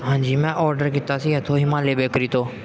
ਹਾਂਜੀ ਮੈਂ ਔਡਰ ਕੀਤਾ ਸੀ ਇੱਥੋਂ ਹਿਮਾਲਿਆ ਬੇਕਰੀ ਤੋਂ